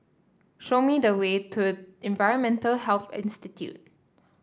show me the way to Environmental Health Institute